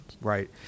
Right